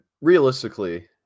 realistically